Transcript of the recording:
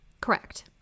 Correct